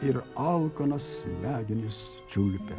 ir alkanas smegenis čiulpia